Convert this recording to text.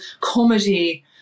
comedy